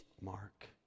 Mark